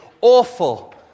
awful